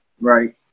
right